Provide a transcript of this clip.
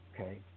Okay